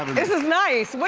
this is nice, what